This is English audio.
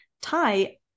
tie